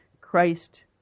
Christ